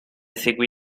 seguì